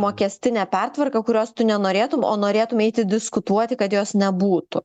mokestinę pertvarką kurios tu nenorėtum o norėtum eiti diskutuoti kad jos nebūtų